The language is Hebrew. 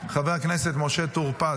חבר הכנסת משה טור פז,